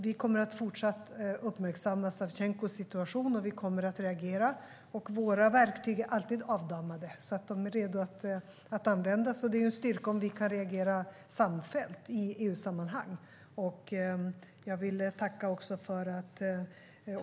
Vi kommer fortsatt att uppmärksamma Savtjenkos situation, och vi kommer att reagera. Våra verktyg är alltid avdammade, så de är redo att användas. Det är också en styrka om vi kan reagera samfällt i EU-sammanhang.